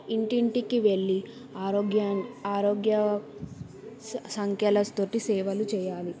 ఇంటింటికి వెళ్ళి ఆరోగ్య ఆరోగ్య సంఖ్యల తోటి సేవలు చెయ్యాలి